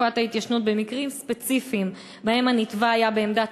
תקופת ההתיישנות במקרים ספציפיים שבהם הנתבע היה בעמדת